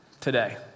today